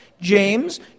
James